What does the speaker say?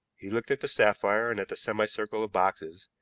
he looked at the sapphire and at the semicircle of boxes,